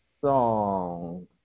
song